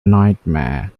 nightmare